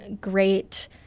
great